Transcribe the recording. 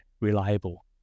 reliable